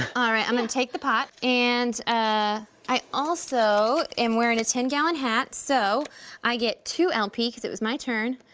um alright, i'm gonna take the pot and ah i also am wearing a ten-gallon hat, so i get two lp cause it was my turn,